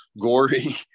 gory